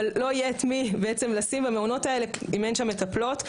אבל לא יהיה את מי בעצם לשים במעונות האלה אם אין שם מטפלות,